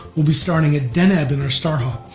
we'll be starting at deneb in our star hop,